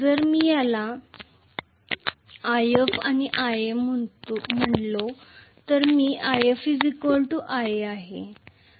जर मी याला If आणि Ia म्हणून म्हणतो तर मी If Ia आहे